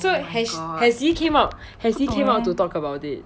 so has sh~ has he came out has he came out to talk about it